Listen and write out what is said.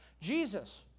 Jesus